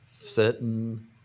certain